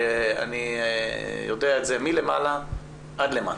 אני יודע את זה מלמעלה עד למטה,